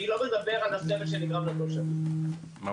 אני לא מדבר על הסבל שנגרם לתושבים, אני